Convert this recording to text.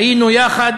והיינו יחד